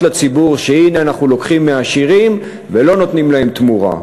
לציבור שהנה אנחנו לוקחים מהעשירים ולא נותנים להם תמורה,